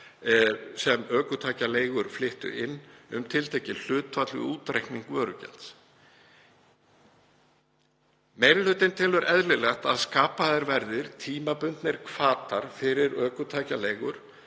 sem ökutækjaleigur flyttu inn um tiltekið hlutfall við útreikning vörugjalds. Meiri hlutinn telur eðlilegt að skapaðir verði tímabundnir hvatar fyrir ökutækjaleigurnar